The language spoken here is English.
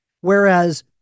Whereas